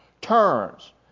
turns